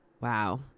Wow